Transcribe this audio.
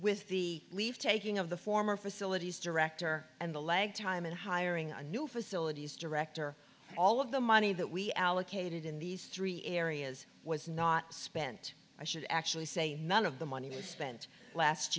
with the leave taking of the former facilities director and the lag time and hiring a new facilities director all of the money that we allocated in these three areas was not spent i should actually say none of the money was spent last